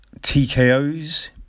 TKOs